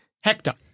Hector